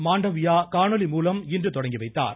மாண்டவ்யா காணொலி மூலம் இன்று துவக்கிவைத்தார்